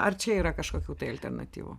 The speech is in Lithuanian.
ar čia yra kažkokių tai alternatyvų